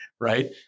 right